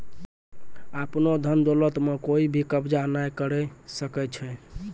आपनो धन दौलत म कोइ भी कब्ज़ा नाय करै सकै छै